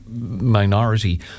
minority